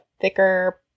thicker